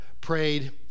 prayed